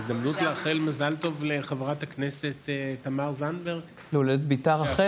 חברי הכנסת, זה נוסח הצהרת האמונים.